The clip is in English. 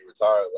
retired